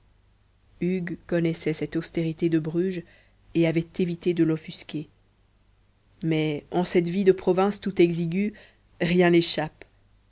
hugues connaissait cette austérité de bruges et avait évité de l'offusquer mais en cette vie de province tout exiguë rien n'échappe